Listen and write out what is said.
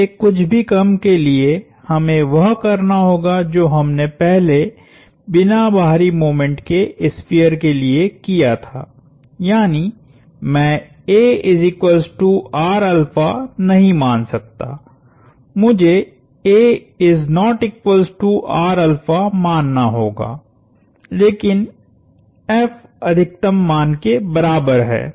इससे कुछ भी कम के लिए हमें वह करना होगा जो हमने पहले बिना बाहरी मोमेंट के स्फीयर के लिए किया था यानी मैं नहीं मान सकता मुझेमानना होगा लेकिन F अधिकतम मान के बराबर है